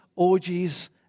Orgies